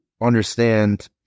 understand